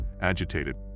agitated